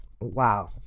Wow